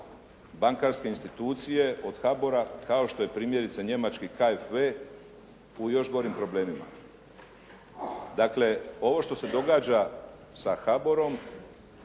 bankarske institucije od HABOR-a kao što je primjerice njemački KFV u još gorim problemima. Dakle ovo što se događa sa HABOR-om,